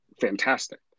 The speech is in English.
fantastic